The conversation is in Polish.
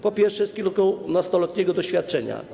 Po pierwsze, z kilkunastoletniego doświadczenia.